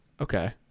okay